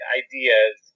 ideas